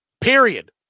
Period